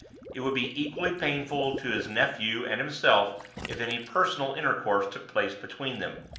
it would be equally painful to his nephew and himself if any personal intercourse took place between them.